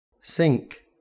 Sink